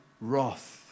wrath